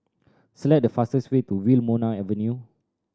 select the fastest way to Wilmonar Avenue